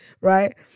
right